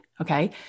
okay